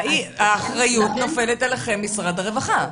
האחריות נופלת עליכם, משרד הרווחה.